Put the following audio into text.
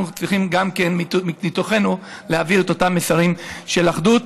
ואנחנו צריכים גם מתוכנו להעביר את אותם מסרים של אחדות.